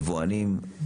יבואנים.